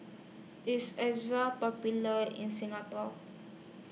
IS Ezerra Popular in Singapore